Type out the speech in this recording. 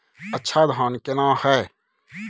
अच्छा धान केना हैय?